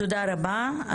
תודה רבה.